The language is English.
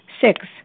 Six